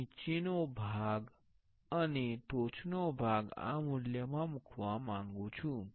હું નીચેનો ભાગ અને ટોચનો ભાગ આ મૂલ્યમાં મૂકવા માંગું છું